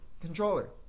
controller